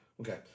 Okay